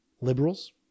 liberals